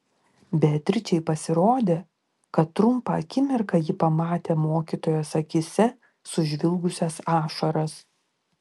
beatričei pasirodė kad trumpą akimirką ji pamatė mokytojos akyse sužvilgusias ašaras